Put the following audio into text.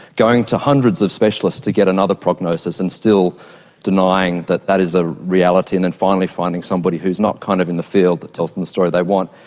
going to hundreds of specialists to get another prognosis and still denying that that is a reality, and then finally finding somebody who is not kind of in the field that tells them the story they want.